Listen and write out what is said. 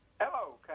Hello